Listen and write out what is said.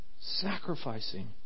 sacrificing